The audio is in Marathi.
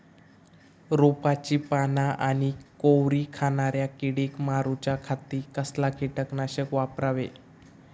रोपाची पाना आनी कोवरी खाणाऱ्या किडीक मारूच्या खाती कसला किटकनाशक वापरावे?